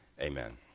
amen